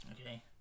Okay